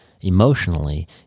emotionally